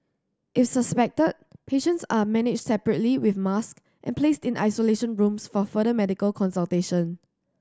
if suspected patients are managed separately with masks and placed in isolation rooms for further medical consultation